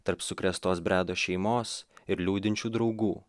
tarp sukrėstos bredo šeimos ir liūdinčių draugų